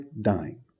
dying